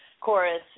Chorus